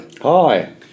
Hi